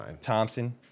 Thompson